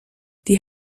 die